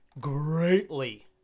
greatly